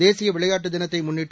தேசிய விளையாட்டு திளத்தை முன்னிட்டு